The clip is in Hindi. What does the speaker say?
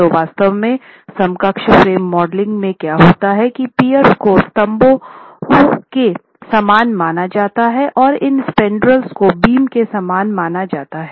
तो वास्तव में समकक्ष फ्रेम मॉडलिंग में क्या होता है कि पियर्स को स्तंभों के समान माना जाता है और इन स्पैन्ड्रेल को बीम के समान माना जाता है